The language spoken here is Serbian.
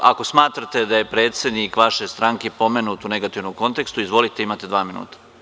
Ako smatrate da je predsednik vaše stranke pomenut u negativnom kontekstu, izvolite, imate dva minuta.